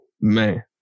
Man